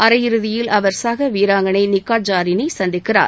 அரையிறுதியில் அவர் சக நாட்டின் நிக்காத் ஜாரீனை சந்திக்கிறார்